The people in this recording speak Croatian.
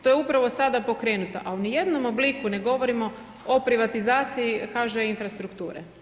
To je upravo sada pokrenuta, ali ni u jednom obliku ne govorimo o privatizaciji HŽ infrastrukture.